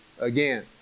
again